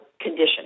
condition